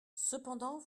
cependant